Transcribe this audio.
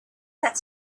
that